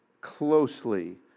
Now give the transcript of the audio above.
closely